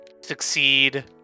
succeed